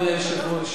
אדוני היושב-ראש,